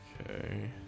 Okay